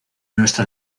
nuestra